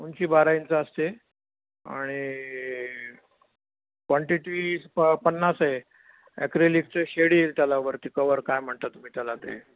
उंची बारा इंच असते आणि क्वांटिटी प पन्नास आहे एक्रेलिकचं शेडींग येईल त्याला वरती कवर काय म्हणतात तुम्ही त्याला ते